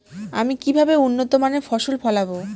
আমি কিভাবে উন্নত মানের ফসল ফলাবো?